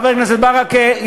חבר הכנסת ברכה,